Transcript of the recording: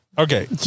Okay